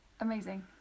Amazing